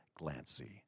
Glancy